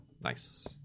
Nice